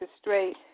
straight